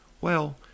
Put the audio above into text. Well